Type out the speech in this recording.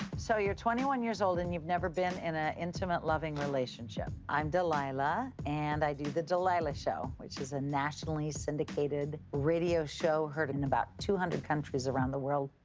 so, you're twenty one years old and you've never been in a intimate, loving relationship. i'm delilah, and i do the delilah show, which is a nationally syndicated radio show heard in about two hundred countries around the world.